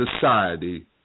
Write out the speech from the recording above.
society